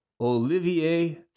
Olivier